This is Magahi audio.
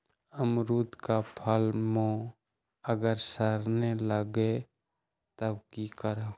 अमरुद क फल म अगर सरने लगे तब की करब?